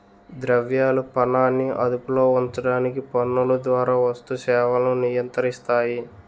ద్రవ్యాలు పనాన్ని అదుపులో ఉంచడానికి పన్నుల ద్వారా వస్తు సేవలను నియంత్రిస్తాయి